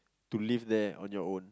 to live there on your own